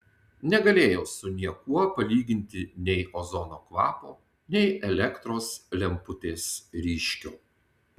negalėjau su niekuo palyginti nei ozono kvapo nei elektros lemputės ryškio